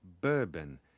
bourbon